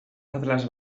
atlas